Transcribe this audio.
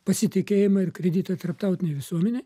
pasitikėjimą ir kreditą tarptautinėj visuomenėj